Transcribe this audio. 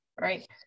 right